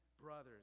brothers